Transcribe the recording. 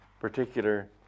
particular